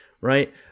right